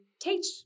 teach